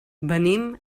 venim